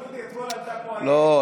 לא,